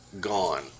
gone